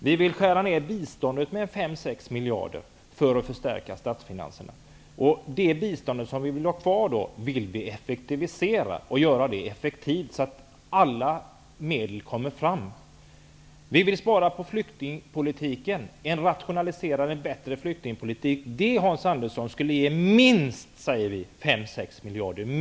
Vi vill skära ner biståndet med 5--6 miljarder för att förstärka statsfinanserna. Det bistånd som vi vill ha kvar vill vi effektivisera, så att alla medel kommer fram. Vi vill också spara beträffande flyktingpolitiken. En rationaliserad och bättre flyktingpolitik skulle, Hans Andersson, ge minst 5--6 miljarder.